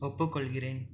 ஒப்புக்கொள்கிறேன்